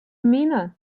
mina